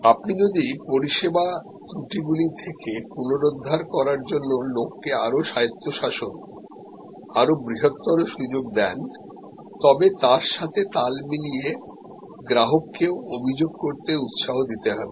আপনি যদি পরিষেবা ত্রুটিগুলি থেকে পুনরুদ্ধার করার জন্য লোককে আরও স্বায়ত্তশাসন আরও বৃহত্তর সুযোগ দেন তবে তার সাথে তাল মিলিয়েগ্রাহককেও অভিযোগ করতেউৎসাহ দিতে হবে